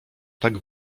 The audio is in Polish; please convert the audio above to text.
tak